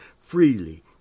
freely